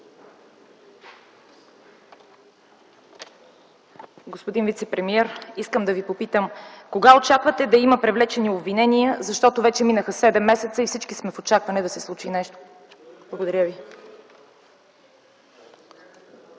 Господин вицепремиер, искам да Ви попитам: кога очаквате да има привлечени обвинения, защото вече минаха седем месеца и всички сме в очакване да се случи нещо? Благодаря ви.